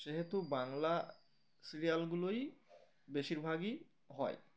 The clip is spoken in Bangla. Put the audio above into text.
সেহেতু বাংলা সিরিয়ালগুলোই বেশিরভাগই হয়